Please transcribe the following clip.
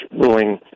ruling